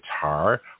guitar